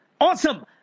Awesome